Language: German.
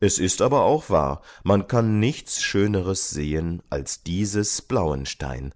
es ist aber auch wahr man kann nichts schöneres sehen als dieses blauenstein